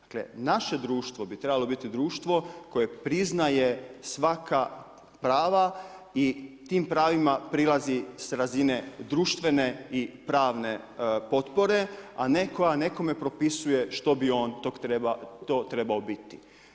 Dakle naše društvo bi trebalo biti društvo koje priznaje svaka prava i tim pravima prilazi s razine društvene i pravne potpore, a ne koja nekome propisuje što bi on to trebao biti.